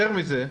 יותר מזה,